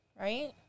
right